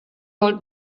old